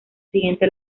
siguiente